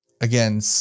again